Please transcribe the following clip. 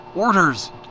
Orders